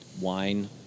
wine